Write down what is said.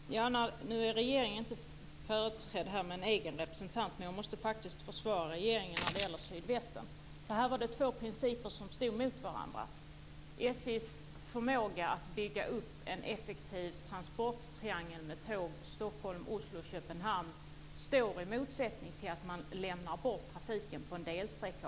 Fru talman! Nu är regeringen inte företrädd här med en egen representant. Men jag måste faktiskt försvara regeringen när det gäller Sydvästen. I fråga om detta var det två principer som stod mot varandra - SJ:s förmåga att bygga upp en effektiv transporttriangel med tåg Stockholm-Oslo-Köpenhamn står i motsättning till att man lämnar bort trafiken på en delsträcka.